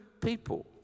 people